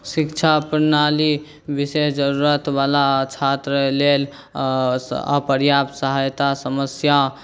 शिक्षा प्रणाली विशेष जरूरतवला छात्र लेल अपर्याप्त सहायता समस्या